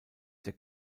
der